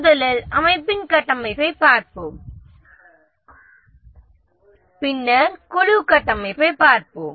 முதலில் அமைப்பின் கட்டமைப்பைப் பார்ப்போம் பின்னர் குழு கட்டமைப்பைப் பார்ப்போம்